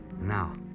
Now